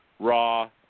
Raw